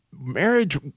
marriage